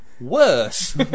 worse